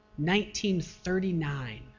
1939